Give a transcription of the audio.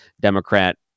Democrat